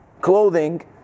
clothing